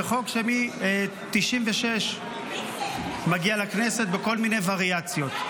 זה חוק שמ-9619 מגיע לכנסת בכל מיני וריאציות.